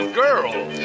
girls